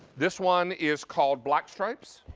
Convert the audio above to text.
this one is called black stripes.